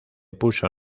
puso